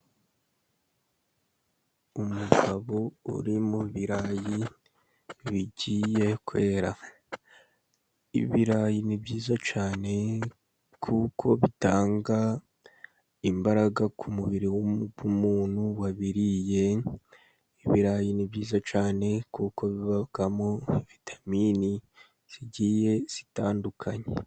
Umugabo uri mu birayi bigiye kwera. Ibirayi ni byiza cyane kuko bitanga imbaraga ku mubiri w'umuntu wabiriye. Ibirayi ni byiza cyane kuko bibamo vitamini zigiye zitandukanye.